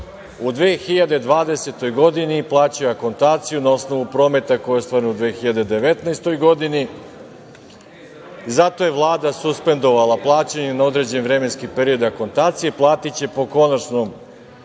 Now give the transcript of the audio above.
u 2020. godini, plaćaju akontaciju na osnovu prometa koje ostvare u 2019. godini, zato je Vlada suspendovala plaćanje na određeni vremenski period akontacije i platiće po konačnom